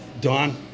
don